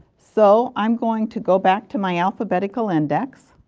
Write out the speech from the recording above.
so i am going to go back to my alphabetical index